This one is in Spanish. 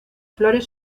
flores